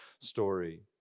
story